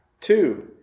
Two